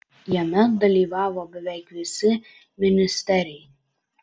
jame dalyvavo beveik visi ministeriai